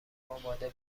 آماده